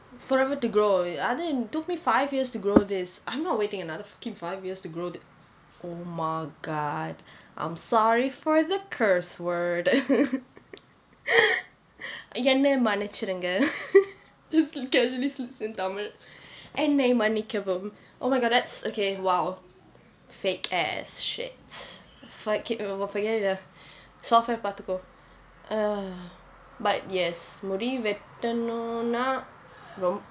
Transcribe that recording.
forever to grow அது:athu it took me five years to grow this I'm not waiting another fucking five years to grow the oh my god I'm sorry for the curse word என்னை மன்னிச்சிருங்க:ennai manichirunga just casually speaks in tamil என்னை மன்னிக்கவும்:ennai mannikkavum oh my god that's okay !wow! fake ass shit fuck it oh forget it ah software பார்த்துக்கோ:paarthukko but yes முடி வெட்டணும்னா:mudi vettanumnaa rom~